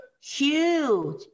huge